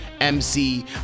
MC